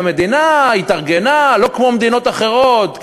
להגיד שהמדינה התארגנה לא כמו מדינות אחרות,